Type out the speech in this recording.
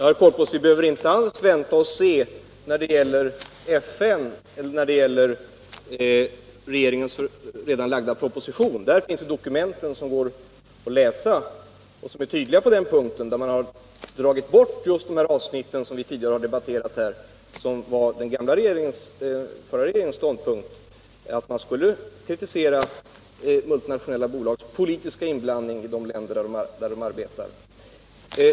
Herr talman! Vi behöver inte alls vänta och se — regeringens redan lagda proposition är ett tydligt dokument. Man har tagit bort just de avsnitt som vi tidigare har debatterat och som gav uttryck åt den gamla regeringens ståndpunkt, att vi skulle kritisera multinationella bolags politiska inblandning i de länder där de arbetar.